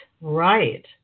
right